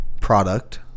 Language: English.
product